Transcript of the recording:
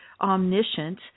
omniscient